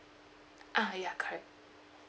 ah ya correct